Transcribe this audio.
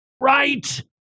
Right